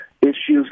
issues